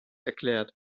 erklärt